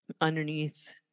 Underneath